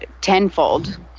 tenfold